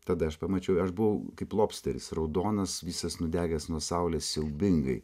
tada aš pamačiau aš buvau kaip lobsteris raudonas visas nudegęs nuo saulės siaubingai